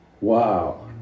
wow